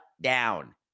down